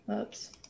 oops